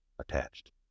attached